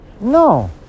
no